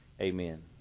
amen